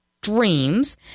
dreams